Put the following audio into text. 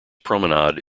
promenade